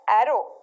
arrow